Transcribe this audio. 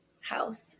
house